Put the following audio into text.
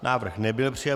Návrh nebyl přijat.